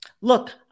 Look